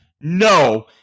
no